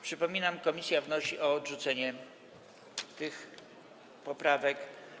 Przypominam, że komisja wnosi o odrzucenie tych poprawek.